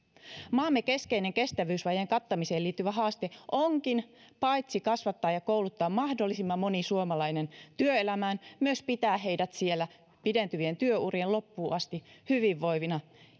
maamme keskeinen kestävyysvajeen kattamiseen liittyvä haaste onkin paitsi kasvattaa ja kouluttaa mahdollisimman moni suomalainen työelämään myös pitää heidät siellä pidentyvien työurien loppuun asti hyvinvoivina